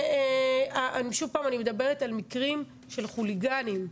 אני מדברת על מקרים של חוליגנים.